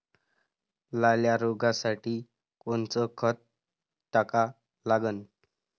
लाल्या रोगासाठी कोनचं खत टाका लागन?